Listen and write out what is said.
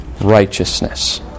righteousness